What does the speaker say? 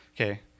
Okay